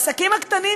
העסקים הקטנים,